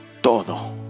todo